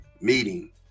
meeting